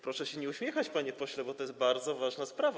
Proszę się nie uśmiechać, panie pośle, bo to jest bardzo ważna sprawa.